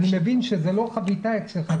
אני מבין שזה לא חביתה אצלך,